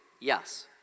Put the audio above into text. Yes